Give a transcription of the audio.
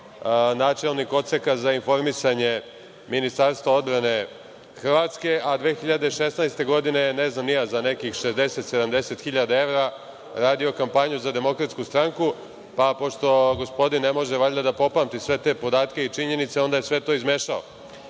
načelnik Odseka za informisanje Ministarstva odbrane Hrvatske, a 2016. godine, ne znam ni ja, za nekih 60, 70 hiljada evra radio kampanju za DS, pa pošto gospodin ne može valjda da popamti sve te podatke i činjenice, onda je sve to